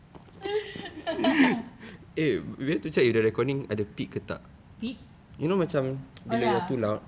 peak oh ya